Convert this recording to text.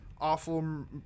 awful